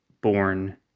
born